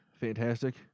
fantastic